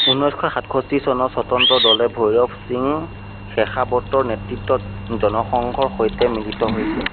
ঊনৈশ সাতষষ্টি চনত স্বতন্ত্ৰ দলে ভৈৰৱ সিং শেখাৱতৰ নেতৃত্বত জনসংঘৰ সৈতে মিলিত হৈছিল